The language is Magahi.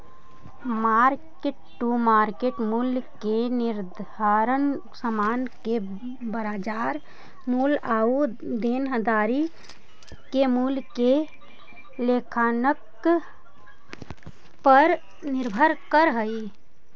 मार्क टू मार्केट मूल्य के निर्धारण समान के बाजार मूल्य आउ देनदारी के मूल्य के लेखांकन पर निर्भर करऽ हई